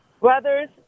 brothers